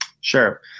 Sure